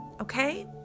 okay